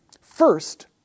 First